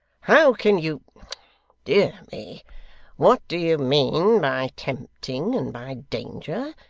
how can you dear me what do you mean by tempting, and by danger?